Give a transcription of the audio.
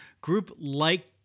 group-like